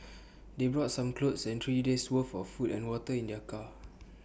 they brought some clothes and three days' worth of food and water in their car